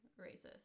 racist